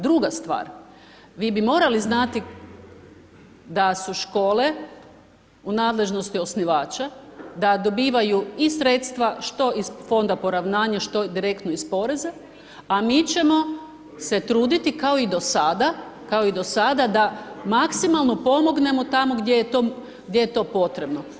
Druga stvar vi bi morali znati da su škole u nadležnosti osnivače, da dobivaju i sredstva što iz fonda poravnanja, nešto direktno iz poreza, a mi ćemo se truditi kao i do sada, da maksimalno pomognemo gdje je to potrebno.